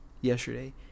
yesterday